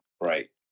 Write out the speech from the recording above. right